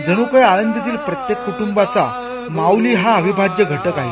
जणुकाही आळंदीतील प्रत्येक कुटुंबाचा माउली हा अविभाज्य घटक आहे